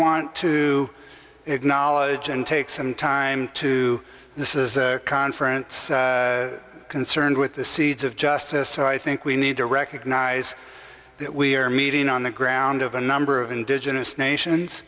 want to acknowledge and take some time to this is a conference concerned with the seeds of justice so i think we need to recognize that we are meeting on the ground of a number of indigenous nations